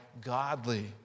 godly